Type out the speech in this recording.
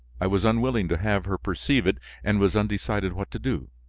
i was unwilling to have her perceive it and was undecided what to do.